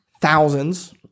thousands